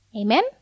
Amen